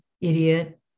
idiot